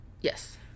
Yes